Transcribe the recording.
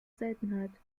seltenheit